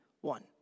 one